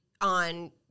on